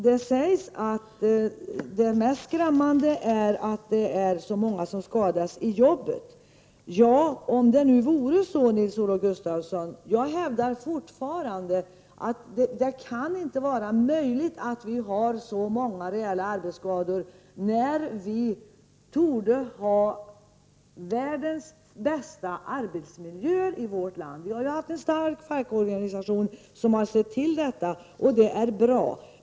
Det sägs att det mest skrämmande är att så många skadas i jobbet. Ja, om det nu vore så, Nils-Olof Gustafsson. Jag hävdar fortfarande att det kan inte vara möjligt att vi har så många reella arbetsskador när vi torde ha världens bästa arbetsmiljöer i vårt land. Vi har en stark fackorganisation som har sett till detta, och det är bra.